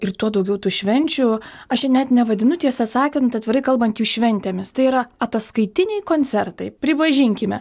ir tuo daugiau tų švenčių aš čia net nevadinu tiesą sakant atvirai kalbant jų šventėmis tai yra ataskaitiniai koncertai pripažinkime